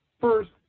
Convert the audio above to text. First